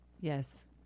Yes